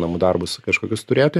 namų darbus kažkokius turėti